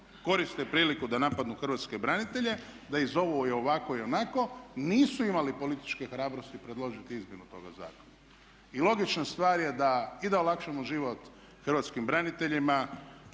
koriste priliku da napadnu hrvatske branitelje, da ih zovu ovako i onako, nisu imali političke hrabrosti predložiti izmjenu toga zakona. I logična stvar je da i da olakšamo život hrvatskim braniteljima